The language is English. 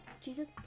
jesus